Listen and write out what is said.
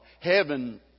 ...heaven